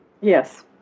Yes